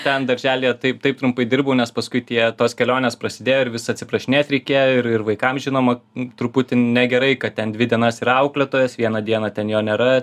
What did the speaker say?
ten darželyje taip taip trumpai dirbau nes paskui tie tos kelionės prasidėjo ir vis atsiprašinėt reikėjo ir ir vaikam žinoma truputį negerai kad ten dvi dienas yra auklėtojas vieną dieną ten jo nėra